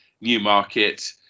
newmarket